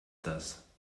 das